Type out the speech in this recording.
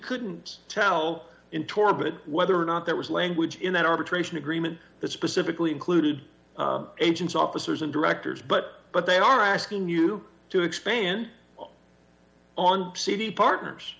couldn't tell in torben whether or not that was language in that arbitration agreement that specifically included agents officers and directors but but they are asking you to expand on c v partners